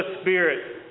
Spirit